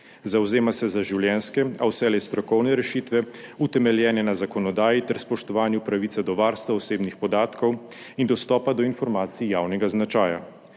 Zavzema se za življenjske, a vselej strokovne rešitve, utemeljene na zakonodaji ter spoštovanju pravice do varstva osebnih podatkov in dostopa do informacij javnega značaja.